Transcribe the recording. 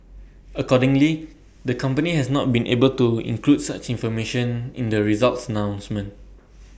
accordingly the company has not been able to include such information in the results announcement